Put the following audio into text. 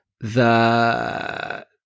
the-